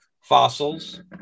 fossils